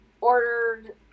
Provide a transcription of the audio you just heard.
ordered